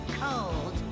cold